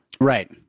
Right